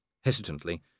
hesitantly